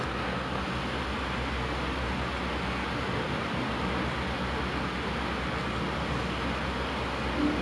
also I I I I joined a art competition like my school's art competition lah like it's being held from